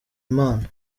imana